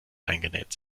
eingenäht